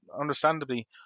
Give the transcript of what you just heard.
understandably